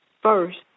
first